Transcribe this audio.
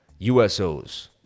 USOs